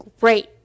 great